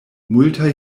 multaj